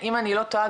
אם אני לא טועה,